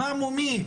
מה מו מי,